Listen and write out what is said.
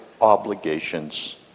obligations